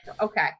Okay